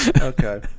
Okay